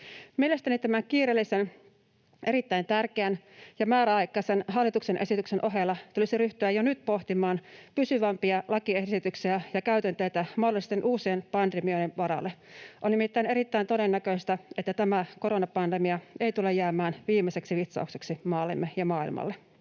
Mielestäni tämän kiireellisen, erittäin tärkeän ja määräaikaisen hallituksen esityksen ohella tulisi ryhtyä jo nyt pohtimaan pysyvämpiä lakiesityksiä ja käytänteitä mahdollisten uusien pandemioiden varalle. On nimittäin erittäin todennäköistä, että tämä koronapandemia ei tule jäämään viimeiseksi vitsaukseksi maallemme ja maailmalle.